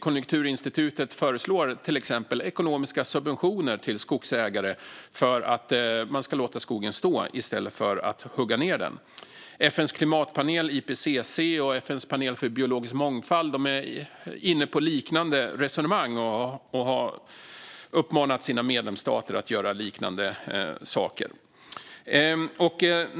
Konjunkturinstitutet föreslår till exempel ekonomiska subventioner till skogsägare för att de ska låta skogen stå i stället för att hugga ned den. FN:s klimatpanel IPCC och FN:s panel för biologisk mångfald är inne på liknande resonemang och har uppmanat sina medlemsstater att göra liknande saker.